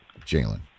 Jalen